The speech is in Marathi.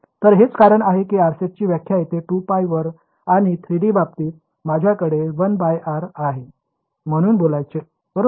तर हेच कारण आहे की RCS ची व्याख्या येथे 2π वर आहे आणि 3D बाबतीत माझ्याकडे 1 r आहे म्हणून बोलायचे बरोबर